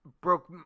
broke